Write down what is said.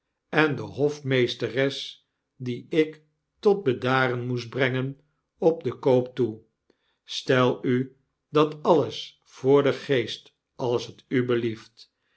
en de hofmeesteres die ik tot bedaren moest brengen cp den koop toe stel u dat alles voor den gest als tu belieft